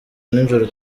nijoro